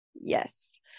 yes